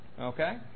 okay